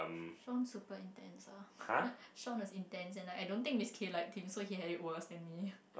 Shaun super intense ah Shawn was intense and like I don't think Miss kay liked him so he had it worse than me